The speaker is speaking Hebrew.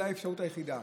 אולי האפשרות היחידה: